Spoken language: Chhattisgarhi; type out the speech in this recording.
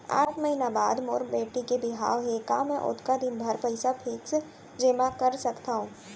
आठ महीना बाद मोर बेटी के बिहाव हे का मैं ओतका दिन भर पइसा फिक्स जेमा कर सकथव?